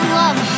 love